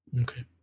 okay